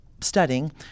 studying